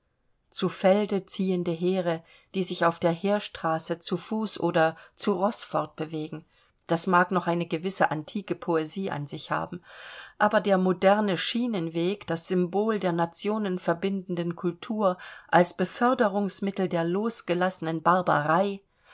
zu felde ziehende heere die sich auf der heerstraße zu fuß oder zu roß fortbewegen das mag noch eine gewisse antike poesie an sich haben aber der moderne schienenweg das symbol der nationenverbindenden kultur als beförderungsmittel der losgelassenen barbarei